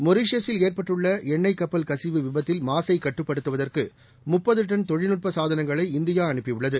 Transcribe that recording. மொரிஷீயஸில் ஏற்பட்டுள்ளஎண்ணெய் கப்பல் கசிவு விபத்தில் மாசைக் கட்டுப்படுத்துவதற்குமுப்பதுடன் தொழில்நுட்பசாதனங்களை இந்தியாஅனுப்பியுள்ளது